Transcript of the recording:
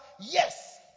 Yes